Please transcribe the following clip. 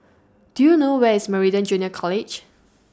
Do YOU know Where IS Meridian Junior College